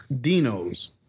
Dino's